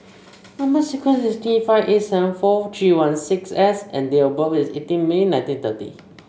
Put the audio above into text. number sequence is T five eight seven four three one six S and date of birth is eighteen May nineteen thirty